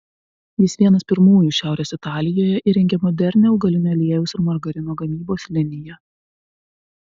jis vienas pirmųjų šiaurės italijoje įrengė modernią augalinio aliejaus ir margarino gamybos liniją